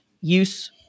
use